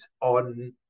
on